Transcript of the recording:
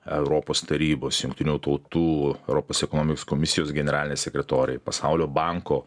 europos tarybos jungtinių tautų europos ekonominės komisijos generaliniai sekretoriai pasaulio banko